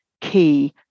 key